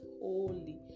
holy